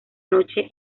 noche